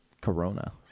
Corona